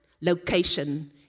location